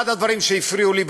אחד הדברים שהפריעו לי,